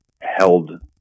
held